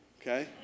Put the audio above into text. Okay